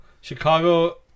Chicago